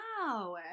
wow